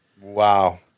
Wow